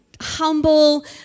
humble